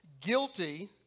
guilty